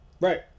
Right